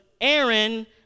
Aaron